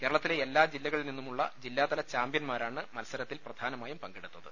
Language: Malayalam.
കേരളത്തിലെ എല്ലാ ജില്ലകളിൽ നിന്നുമുളഅള ജില്ലാത്ല ചാമ്പൃന്മാരാണ് മത്സരത്തിൽ പ്രധാനമായും പങ്കെടുത്തത്